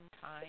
time